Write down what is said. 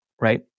right